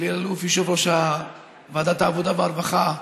אלי אלאלוף, יושב-ראש ועדת העבודה והרווחה,